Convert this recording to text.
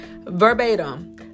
verbatim